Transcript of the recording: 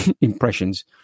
impressions